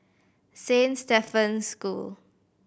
Saint Stephen's School